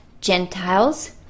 Gentiles